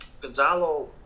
Gonzalo